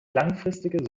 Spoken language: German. langfristige